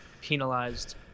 Penalized